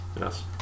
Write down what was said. Yes